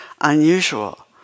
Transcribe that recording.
unusual